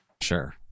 Sure